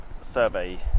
survey